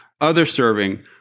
other-serving